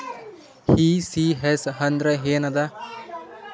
ECS ಅಂದ್ರ ಏನದ?